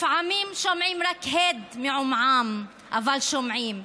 לפעמים שומעים רק הד מעומעם, אבל שומעים.